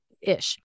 ish